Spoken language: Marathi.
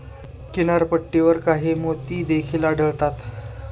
किनारपट्टीवर काही मोती देखील आढळतात